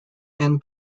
and